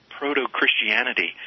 proto-Christianity